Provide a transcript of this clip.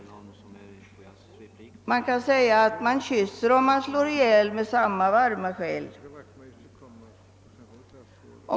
Med andra ord, man kysser och man slår ihjäl med samma varma själ.